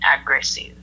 aggressive